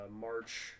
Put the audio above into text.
march